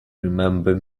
remember